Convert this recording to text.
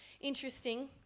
interesting